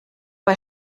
bei